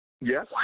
Yes